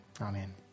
Amen